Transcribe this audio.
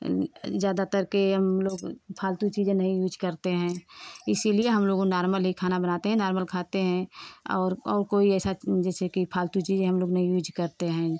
ज़्यादातर कि हमलोग फ़ालतू चीज़ें नहीं यूज़ करते हैं इसलिए हमलोग नॉर्मल ही खाना बनाते हैं नॉर्मल खाते हैं और और कोई ऐसा जैसे कि फ़ालतू चीज़ें हमलोग नहीं यूज़ करते हैं